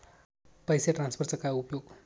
पैसे ट्रान्सफरचा काय उपयोग?